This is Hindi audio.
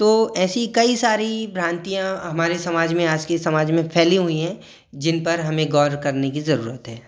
तो ऐसी कई सारी भ्रांतियाँ हमारे समाज में आज के समाज में फैली हुईं हैं जिन पर हमें ग़ौर करने की ज़रूरत है